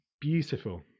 beautiful